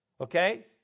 okay